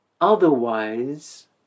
otherwise